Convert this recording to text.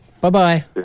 Bye-bye